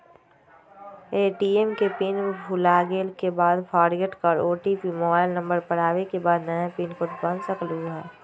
ATM के pin भुलागेल के बाद फोरगेट कर ओ.टी.पी मोबाइल नंबर पर आवे के बाद नया पिन कोड बना सकलहु ह?